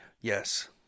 Yes